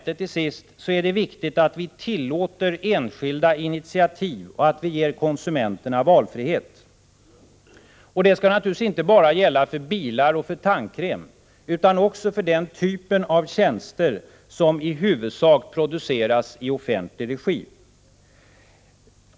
Det är viktigt att vi tillåter enskilda initiativ och att vi ger konsumenterna valfrihet. Det skall naturligtvis inte bara gälla för bilar och för tandkräm utan också för den typ av tjänster som i huvudsak produceras i offentlig regi.